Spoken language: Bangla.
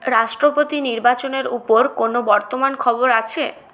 রাষ্ট্রপতি নির্বাচনের উপর কোনও বর্তমান খবর আছে